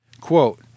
Quote